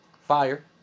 fire